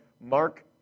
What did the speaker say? Mark